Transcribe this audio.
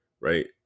right